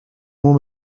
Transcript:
mot